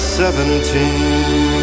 seventeen